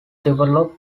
develop